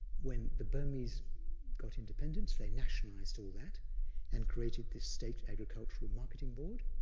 when the burmese got independence, they nationalized all that and created this state agricultural marketing board,